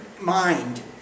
mind